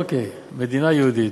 אוקיי, מדינה יהודית.